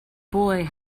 boy